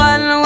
One